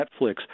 Netflix